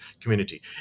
community